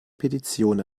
petition